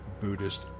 Buddhist